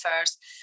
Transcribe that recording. first